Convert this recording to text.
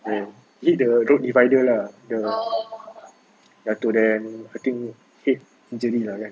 the hit the road divider lah the jatuh then I think head injury lah